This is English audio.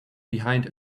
behind